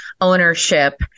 ownership